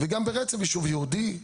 גם בעצם יישוב יהודי,